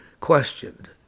questioned